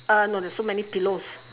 uh no there's so many pillows